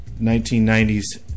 1990's